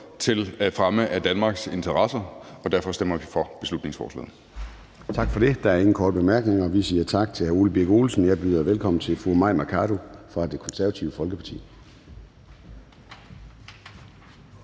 til fremme af Danmarks interesser. Derfor stemmer vi for beslutningsforslaget. Kl. 13:10 Formanden (Søren Gade): Tak for det. Der er ingen korte bemærkninger. Vi siger tak til hr. Ole Birk Olesen. Jeg byder velkommen til fru Mai Mercado fra Det Konservative Folkeparti.